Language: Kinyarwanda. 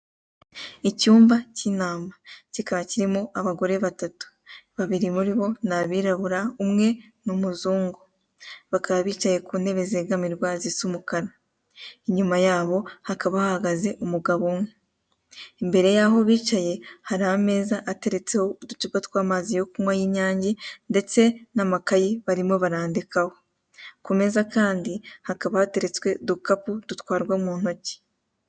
Icyumba cy'inama, kikaba kirimo abagore batatu, babiri muri bo ni abirabura, umwe ni umuzungu. Bakaba bicaye ku ntebe zegamirwa, zisa umukara. Inyuma yabo hakaba hahagaze umugabo umwe. Imbere y'aho bicaye hari ameza ateretseho uducupoa tw'amazi yo kunywa y'inyange ndetse n'amakayi barimo barandikaho. Ku meza kandi hakaba hateretswe udukapu dutwarwa mu ntoki.